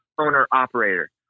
owner-operator